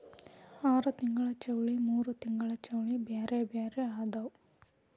ಆರತಿಂಗ್ಳ ಚೌಳಿ ಮೂರತಿಂಗ್ಳ ಚೌಳಿ ಬ್ಯಾರೆ ಬ್ಯಾರೆ ಅದಾವ